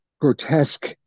grotesque